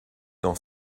dans